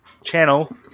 Channel